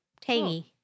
Tangy